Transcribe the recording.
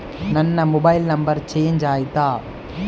ನನ್ನ mobile number change ಆಯ್ತಾ?